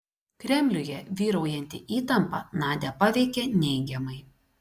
kremliuje vyraujanti įtampa nadią paveikė neigiamai